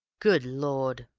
good lord!